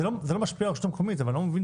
זה לא משפיע על הרשות המקומית, אבל אני לא מבין.